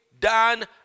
done